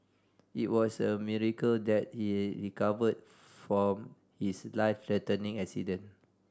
it was a miracle that he recovered from his life threatening accident